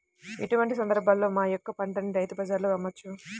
ఎటువంటి సందర్బాలలో మా యొక్క పంటని రైతు బజార్లలో అమ్మవచ్చు?